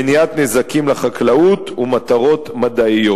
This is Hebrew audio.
מניעת נזקים לחקלאות ומטרות מדעיות.